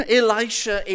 elisha